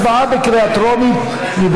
הצבעה בקריאה טרומית.